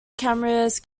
cameras